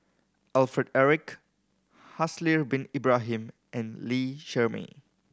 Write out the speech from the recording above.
Alfred Eric Haslir Bin Ibrahim and Lee Shermay